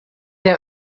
der